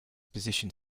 position